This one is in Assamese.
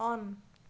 অন